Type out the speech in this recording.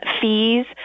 fees